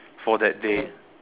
for that day